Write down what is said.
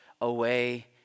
away